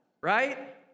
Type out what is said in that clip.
right